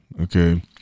okay